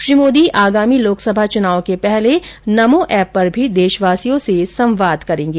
श्री मोदी आगामी लोकसभा चुनाव के पहले नमो ऐप पर भी देशवासियों र्स संवाद करेंगे